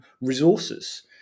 resources